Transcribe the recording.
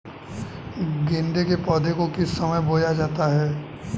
गेंदे के पौधे को किस समय बोया जाता है?